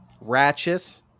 Ratchet